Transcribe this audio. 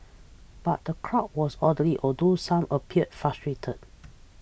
but the crowd was orderly although some appeared frustrated